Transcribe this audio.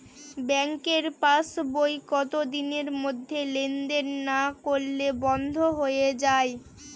ব্যাঙ্কের passbook কত দিনের মধ্যে লেন দেন না করলে বন্ধ হয়ে য়ায়?